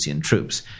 troops